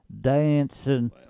dancing